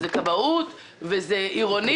נציגי הכבאות צריכים להשתתף,